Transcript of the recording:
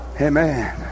Amen